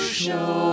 show